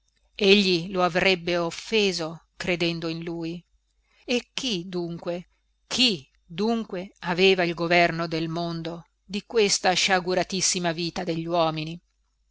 egli lo avrebbe offeso credendo in lui e chi dunque chi dunque aveva il governo del mondo di questa sciaguratissima vita degli uomini